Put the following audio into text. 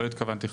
לא התכוונתי,